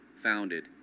founded